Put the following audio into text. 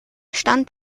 stand